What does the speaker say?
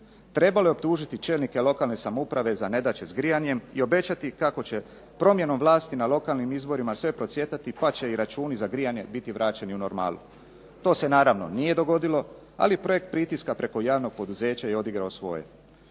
Trebalo je optužiti čelnike lokalne samouprave za nedaće s grijanjem i obećati kako će promjenom vlasti na lokalnim izborima sve procvjetati pa će i računi za grijanje biti vraćeni u normalu. To se naravno nije dogodilo, ali projekt pritiska preko javnog poduzeća je odigrao svoje.